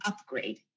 upgrade